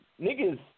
niggas